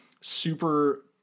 super